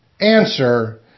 Answer